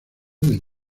del